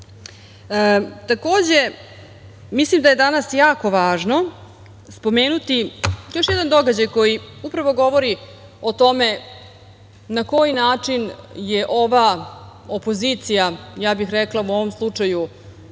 mislim da je danas jako važno spomenuti još jedan događaj koji upravo govori o tome na koji način je ova opozicija, ja bih rekla u ovom slučaju